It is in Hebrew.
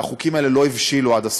והחוקים האלה לא הבשילו עד הסוף.